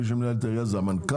מי שמנהל את העירייה זה המנכ"ל,